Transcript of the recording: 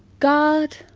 god